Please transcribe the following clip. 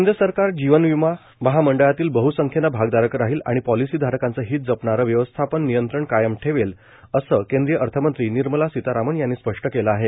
केंद्र सरकार जीवन विमा महामंडळातील बह्संख्येनं भागधारक राहील आणि पॉलिसी धारकांचं हित जपणारं व्यवस्थापन नियंत्रण कायम ठेवेल असं केंद्रीय अर्थमंत्री निर्मला सीतारमण यांनी हे स्पष्ट केले आहे